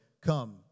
come